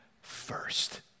first